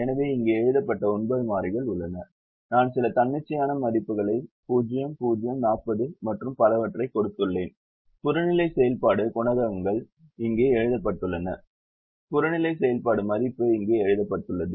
எனவே இங்கே எழுதப்பட்ட ஒன்பது மாறிகள் உள்ளன நான் சில தன்னிச்சையான மதிப்புகளை 0 0 40 மற்றும் பலவற்றைக் கொடுத்துள்ளேன் புறநிலை செயல்பாடு குணகங்கள் இங்கே எழுதப்பட்டுள்ளன புறநிலை செயல்பாடு மதிப்பு இங்கே எழுதப்பட்டுள்ளது